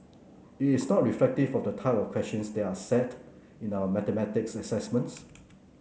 it is not reflective for the type of questions that are set in our mathematics assessments